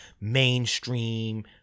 mainstream